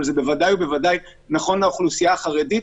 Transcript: אבל זה בוודאי ובוודאי נכון לאוכלוסייה החרדית,